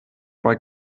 bei